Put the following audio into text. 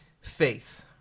Faith